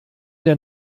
der